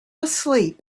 asleep